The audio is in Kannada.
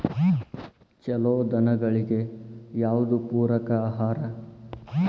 ಛಲೋ ದನಗಳಿಗೆ ಯಾವ್ದು ಪೂರಕ ಆಹಾರ?